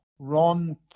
Ron